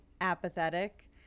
apathetic